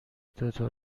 دوتا